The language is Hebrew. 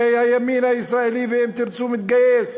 והימין הישראלי ו"אם תרצו" מתגייס,